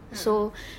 a'ah